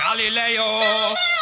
Galileo